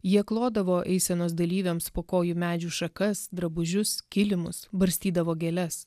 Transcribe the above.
jie klodavo eisenos dalyviams po kojų medžių šakas drabužius kilimus barstydavo gėles